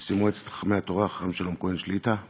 נשיא מועצת חכמי התורה, החכם שלום כהן שליט"א,